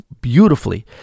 beautifully